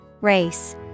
Race